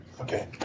Okay